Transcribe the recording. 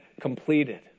completed